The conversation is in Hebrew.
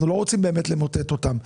אנחנו באמת לא רוצים למוטט אותם.